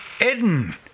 Eden